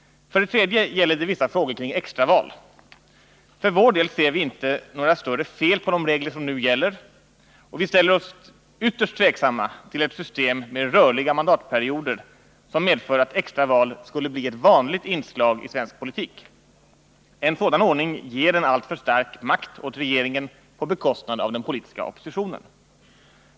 För det tredje gäller det vissa frågor kring extraval. För vår del ser vi inte några större fel på de regler som nu gäller, och vi ställer oss ytterst tveksamma till ett system med rörliga mandatperioder som medför att extraval skulle bli ett vanligt inslag i svensk politik. En sådan ordning ger en alltför stark makt åt regeringen på bekostnad av den politiska oppositionen.